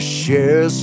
share